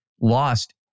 lost